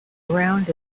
around